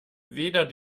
weder